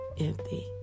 empty